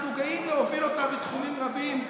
אנחנו גאים להוביל אותה בתחומים רבים,